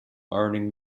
earning